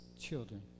children